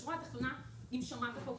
בשורה התחתונה אם שמעת פה,